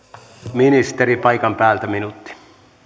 ministeri paikan päältä minuutti